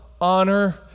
honor